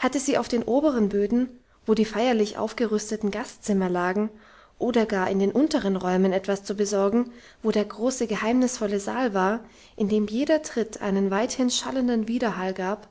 hatte sie auf dem oberen boden wo die feierlich aufgerüsteten gastzimmer lagen oder gar in den unteren räumen etwas zu besorgen wo der große geheimnisvolle saal war in dem jeder tritt einen weithin schallenden widerhall gab